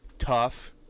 Tough